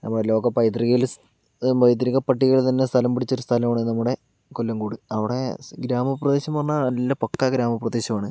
അപ്പോൾ ലോക പൈതൃകയിൽ ലോകപൈതൃക പട്ടികയിൽ തന്നെ സ്ഥലം പിടിച്ചൊരു സ്ഥലമാണ് നമ്മുടെ കൊല്ലംകോട് അവിടെ ഗ്രാമപ്രദേശമെന്നു പറഞ്ഞാൽ നല്ല പക്കാ ഗ്രാമപ്രദേശമാണ്